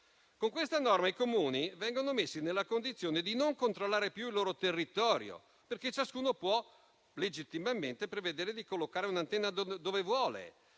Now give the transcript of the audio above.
Con questa norma i Comuni vengono messi nella condizione di non controllare più il loro territorio, perché ciascuno può legittimamente prevedere di collocare un'antenna dove vuole.